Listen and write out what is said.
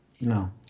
No